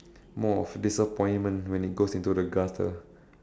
more of disappointment when it goes into the gutter